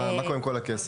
מה קורה עם כל הכסף?